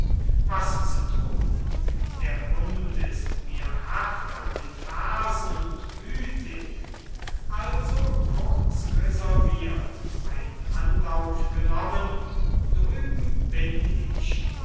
was zu thun der hund ist mir hart an den fersen und wüthig also kurz resolvirt ein anlauf genommen drüben bin ich